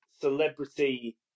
celebrity